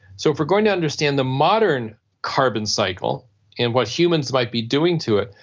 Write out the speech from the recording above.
so if we're going to understand the modern carbon cycle and what humans might be doing to it,